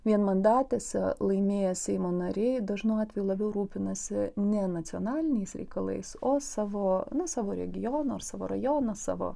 vienmandatėse laimėję seimo nariai dažnu atveju labiau rūpinasi ne nacionaliniais reikalais o savo na savo regiono ir savo rajono savo